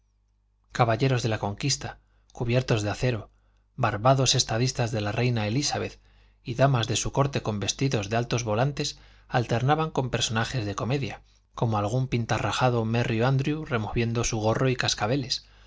caballeros de la conquista cubiertos de acero barbados estadistas de la reina elízabeth y damas de su corte con vestidos de altos volantes alternaban con personajes de comedia como algún pintarrajado merry ándrew removiendo su gorro y cascabeles